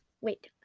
wait